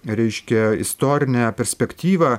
reiškia istorinę perspektyvą